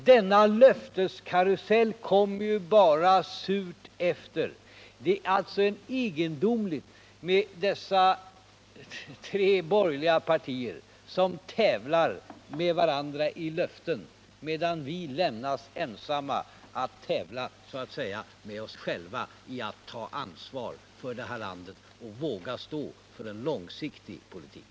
Det kommer ju bara surt efter denna löfteskarusell. Det är egendomligt med dessa tre borgerliga partier som tävlar med varandra i löften, medan vi lämnas ensamma att tävla så att säga med oss själva när det gäller att ta ansvar för det här landet och att våga stå för en långsiktig politik.